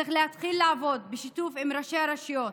צריך להתחיל לעבוד בשיתוף עם ראשי הרשויות.